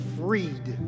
freed